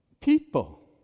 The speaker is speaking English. people